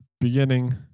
beginning